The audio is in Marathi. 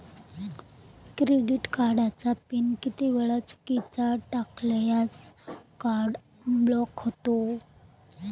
क्रेडिट कार्डचा पिन किती वेळा चुकीचा टाकल्यास कार्ड ब्लॉक होते?